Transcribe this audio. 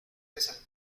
besan